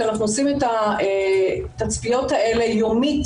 כי אנחנו עושים את התצפיות האלה יומית